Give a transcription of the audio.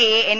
A യെ N